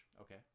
Okay